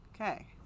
Okay